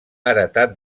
heretat